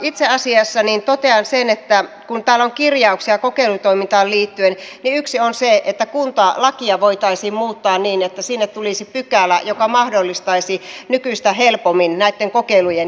itse asiassa totean sen että kun täällä on kirjauksia kokeilutoimintaan liittyen niin yksi on se että kuntalakia voitaisiin muuttaa niin että sinne tulisi pykälä joka mahdollistaisi nykyistä helpommin näitten kokeilujen järjestämisen